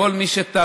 לכל מי שטרח,